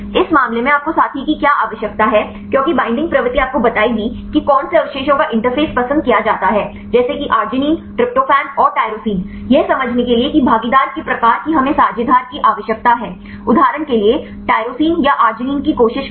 इस मामले में आपको साथी की क्या आवश्यकता है क्योंकि बईंडिंग प्रवृत्ति आपको बताएगी कि कौन से अवशेषों को इंटरफ़ेस पसंद किया जाता है जैसे कि आर्गिनिन ट्रिप्टोफैन और टाइरोसिन यह समझने के लिए कि भागीदार के प्रकार की हमें साझेदार की आवश्यकता है उदाहरण के लिए टैरोसीन या आर्गिनिन की कोशिश करना